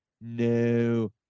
No